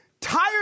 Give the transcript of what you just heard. tired